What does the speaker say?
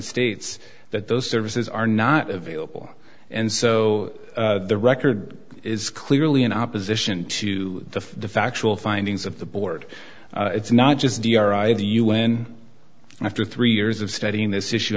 states that those services are not available and so the record is clearly in opposition to the factual findings of the board it's not just the un after three years of studying this issue